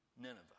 Nineveh